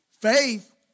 Faith